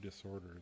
disorders